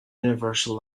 universal